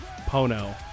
Pono